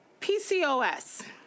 PCOS